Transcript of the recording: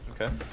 Okay